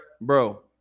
Bro